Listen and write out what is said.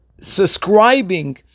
subscribing